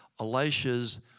Elisha's